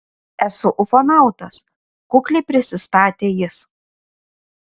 esu ufonautas kukliai prisistatė jis